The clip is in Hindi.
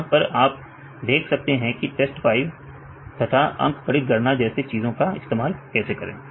यहां पर आप देख सकते हैं कि test 5 तथा अंक गणित गणना जैसे चीजों का इस्तेमाल कैसे करें